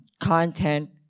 content